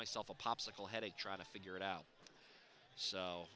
myself a popsicle headache trying to figure it out so